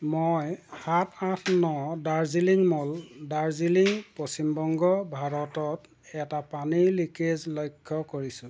মই সাত আঠ ন দাৰ্জিলিং মল দাৰ্জিলিং পশ্চিমবংগ ভাৰতত এটা পানীৰ লিকেজ লক্ষ্য কৰিছোঁ